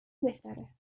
بهتره